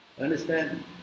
Understand